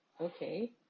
okay